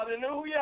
hallelujah